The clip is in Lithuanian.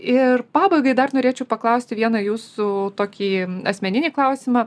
ir pabaigai dar norėčiau paklausti vieną jūsų tokį asmeninį klausimą